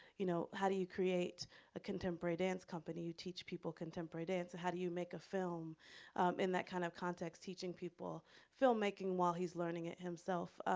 you know, how do you create a contemporary dance company? you teach people contemporary dance. so how do you make a film in that kind of context? teaching people filmmaking, while he's learning it himself.